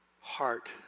heart